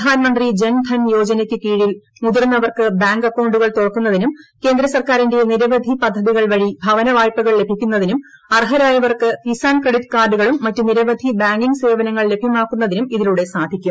പ്രധാൻമന്ത്രി ജൻ ധൻ യോജനയ്ക്ക് കീഴിൽ മുതിർന്നവർക്ക് ബാങ്ക് അക്കൌുകൾ തുറക്കുന്നതിനും കേന്ദ്രസർക്കാരിന്റെ നിരവധി പദ്ധതികൾ വഴി ഭവന വായ്പകൾ ലഭിക്കുന്നതിനും അർഹരായവർക്ക് കിസാൻ ക്രെഡിറ്റ് കാർഡുകളും മറ്റ് നിരവധി ബാങ്കിംഗ് സേവനങ്ങൾ ലഭ്യമാക്കുന്നതിനും ഇതിലൂടെ സാധിക്കും